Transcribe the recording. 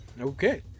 okay